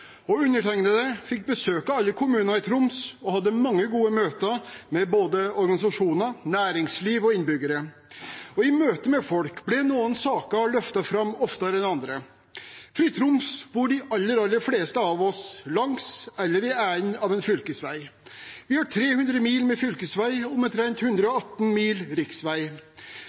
Undertegnede fikk besøke alle kommuner i Troms og hadde mange gode møter med både organisasjoner, næringsliv og innbyggere. I møte med folk ble noen saker løftet fram oftere enn andre. I Troms bor de aller fleste av oss langs eller i enden av en fylkesvei. Vi har 300 mil med fylkesvei og omtrent 118 mil